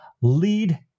lead